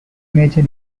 major